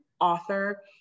author